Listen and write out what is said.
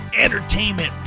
entertainment